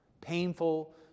Painful